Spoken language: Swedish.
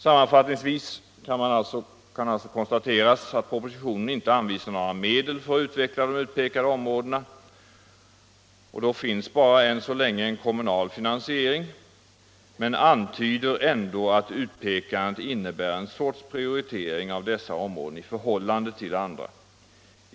Sammanfattningsvis kan alltså konstateras att propositionen inte anvisar några medel för att utveckla de utpekade områdena — och då finns bara än så länge alternativet kommunal finansiering — men antyder ändå att utpekandet innebär en sorts prioritering av dessa områden i förhållande till andra.